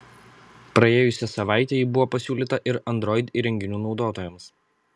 praėjusią savaitę ji buvo pasiūlyta ir android įrenginių naudotojams